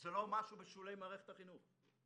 זה לא משהו בשולי מערכת החינוך,